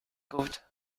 gut